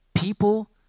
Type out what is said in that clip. People